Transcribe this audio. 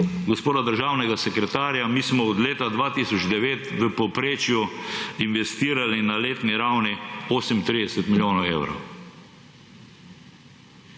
gospoda državnega sekretarja, mi smo od leta 2009 v povprečju investirali na letni ravni 38 milijonov evrov.